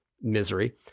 misery